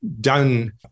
done